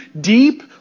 deep